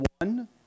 one